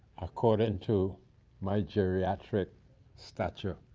according to my geriatric stature.